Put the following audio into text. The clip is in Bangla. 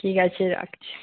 ঠিক আছে রাখছি